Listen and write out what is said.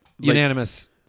unanimous